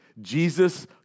Jesus